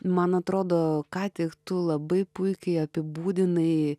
man atrodo ką tik tu labai puikiai apibūdinai